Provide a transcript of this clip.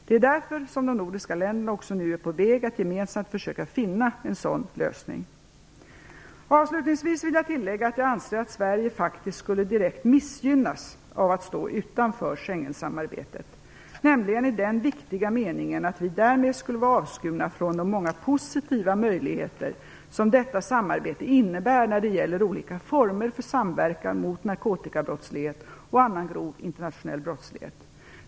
Det är därför som de nordiska länderna också nu är på väg att gemensamt försöka finna en sådan lösning. Avslutningsvis vill jag tillägga att jag anser att Sverige faktiskt skulle direkt missgynnas av att stå utanför Schengensamarbetet, nämligen i den viktiga meningen att vi därmed skulle vara avskurna från de många positiva möjligheter som detta samarbete innebär när det gäller olika former för samverkan mot narkotikabrottslighet och annan grov internationell brottslighet.